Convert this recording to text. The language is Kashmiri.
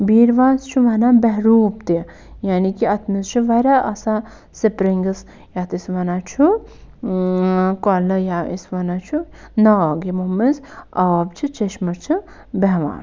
بیٖرواہَس چھُ وَنان بہروٗپ تہِ یعنی کہِ اَتھ منٛز چھُ واریاہ آسان سَپرِنٛگٕس یَتھ أسۍ وَنان چھُ کۄلہٕ یا أسۍ وَنان چھُ ناگ یِمو منٛز آب چھُ چٔشمہٕ چھُ بیٚہوان